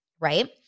right